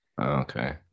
Okay